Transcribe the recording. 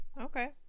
okay